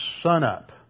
sunup